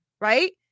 right